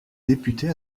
députés